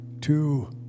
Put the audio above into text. two